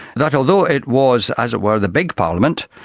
that although it was, as it were, the big parliament,